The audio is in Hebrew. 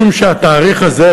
משום שהתאריך הזה,